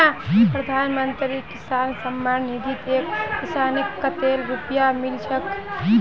प्रधानमंत्री किसान सम्मान निधित एक किसानक कतेल रुपया मिल छेक